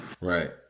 Right